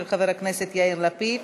של חבר הכנסת יאיר לפיד